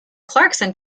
clarkson